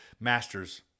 masters